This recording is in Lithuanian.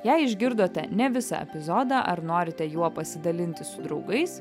jei išgirdote ne visą epizodą ar norite juo pasidalinti su draugais